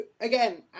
again